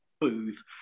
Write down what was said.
booth